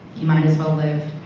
you might as well live.